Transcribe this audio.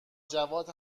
جواد